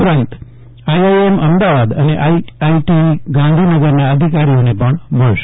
ઉપરાંત આઇઆઇએમ અમદાવાદ અને આઇઆઇટી ગાંધીનગરના અધિકારીઓને પણ મળશે